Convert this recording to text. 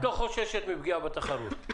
את לא חוששת מפגיעה בתחרות.